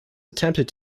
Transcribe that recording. attempted